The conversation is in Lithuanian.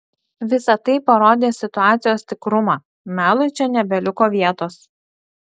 visa tai parodė situacijos tikrumą melui čia nebeliko vietos